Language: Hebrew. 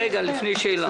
לפני השאלה.